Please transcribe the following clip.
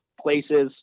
places